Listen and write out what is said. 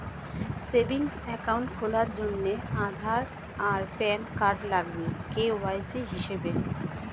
savings account খোলার জন্যে আধার আর প্যান কার্ড লাগবে কে.ওয়াই.সি হিসেবে